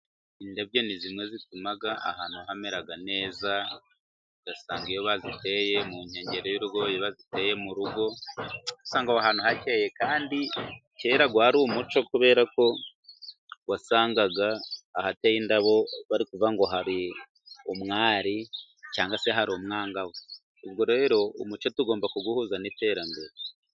Indabyo ni zimwe zituma ahantu hamera neza, ugasanga iyo baziteye mu nkengero y'urugo, iyo baziteye mu rugo usanga ahantu hakeye, kandi kera wari umuco kubera ko wasangaga ahateye indabo bari kuvuga ngo hari umwari cyangwa se hari umwangavu. Ubwo rero umuco tugomba kuwuhuza n'iterambere.